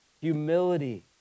Humility